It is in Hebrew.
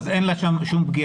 כך ששם אין לה כל פגיעה.